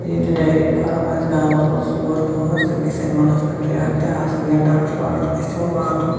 ییٚلہِ dairy farm آسہِ گامَس منٛز ژور پانٛژھ تَتہِ گژھِ اینمٔل ہسبنڈری اکھ تہِ آسٕنۍ یا ڈاکٹر واکٹر گژھِ تِمن واتُن